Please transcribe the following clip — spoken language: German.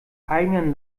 eigenen